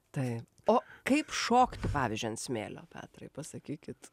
tai o kaip šokti pavyzdžiui ant smėlio petrai pasakykit